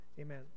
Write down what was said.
Amen